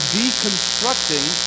deconstructing